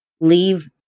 leave